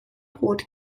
rot